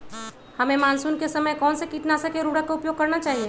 हमें मानसून के समय कौन से किटनाशक या उर्वरक का उपयोग करना चाहिए?